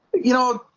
you know,